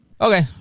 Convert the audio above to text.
Okay